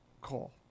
call